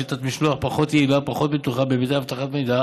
שיטת משלוח פחות יעילה ופחות בטוחה בהיבטי אבטחת מידע